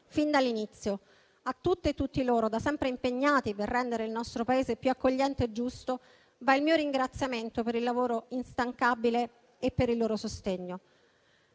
fin dall'inizio. A tutte e tutti loro, da sempre impegnati per rendere il nostro Paese più accogliente e giusto, va il mio ringraziamento per il lavoro instancabile e per il loro sostegno.